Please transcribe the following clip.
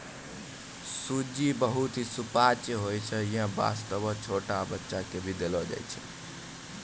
सूजी बहुत हीं सुपाच्य होय छै यै वास्तॅ छोटो बच्चा क भी देलो जाय छै